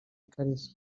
ikariso